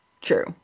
true